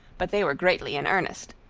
but they were greatly in earnest.